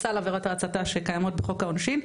בסל עבירת ההצתה שקיימות בחוק העונשין,